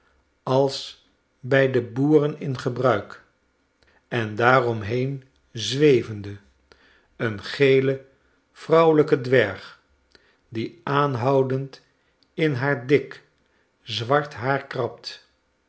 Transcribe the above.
als by de boeren in gebruik en daaromheen zwevende een gele vrouwelijke dwerg die aanhoudend in haar dik zwart haar krabt